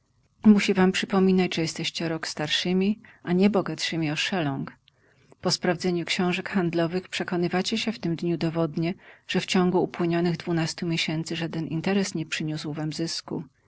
musi wam przypominać że jesteście o rok starszymi a nie bogatszymi o szeląg po sprawdzeniu książek handlowych przekonywacie się w tym dniu dowodnie że w ciągu upłynionych dwunastu miesięcy żaden interes nie przyniósł wam zysku